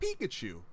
Pikachu